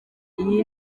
iyi